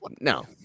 no